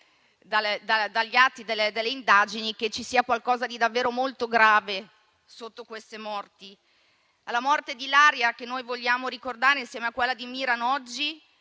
dagli atti delle indagini - che ci sia qualcosa di davvero molto grave dietro queste morti. La morte di Ilaria, che noi vogliamo ricordare insieme a quella di Miran oggi,